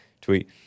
tweet